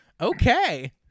Okay